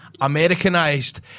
Americanized